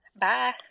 Bye